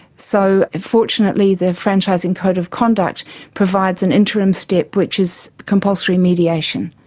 so fortunately the franchising code of conduct provides an interim step which is compulsory mediation,